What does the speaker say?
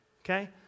Okay